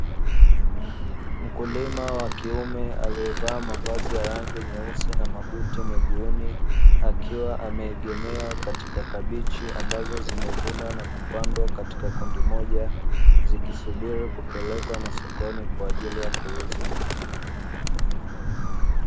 Mkulima wa kiume aliyevaa mavazi ya rangi nyeusi na mabuti miguuni, akiwa ameegemea katika kabichi, ambazo zimevunwa na kupandwa katika kundi moja, zikisubiri kupelekwa masokoni kwa ajili ya kuuzwa.